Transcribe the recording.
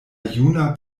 juna